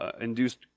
induced